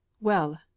Well